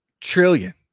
Trillion